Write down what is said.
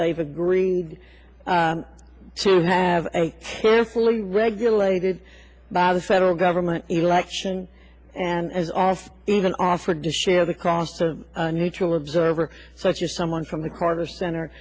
they've agreed to have a carefully regulated by the federal government election and also even offered to share the cost of a neutral observer such as someone from the carter cent